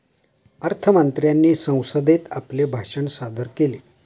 अर्थ मंत्र्यांनी संसदेत आपले भाषण सादर केले